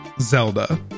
Zelda